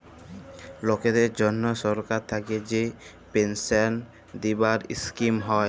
লকদের জনহ সরকার থাক্যে যে পেলসাল দিবার স্কিম হ্যয়